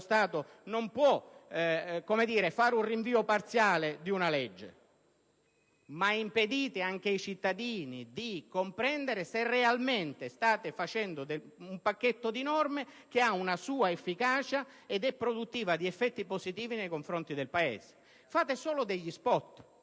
egli non può fare un rinvio parziale di una legge, ma anche ai cittadini di comprendere se realmente stiate adottando un pacchetto di norme che ha la sua efficacia ed è produttivo di effetti positivi per il Paese. Fate solo degli *spot*.